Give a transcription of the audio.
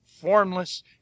formless